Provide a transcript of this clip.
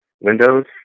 Windows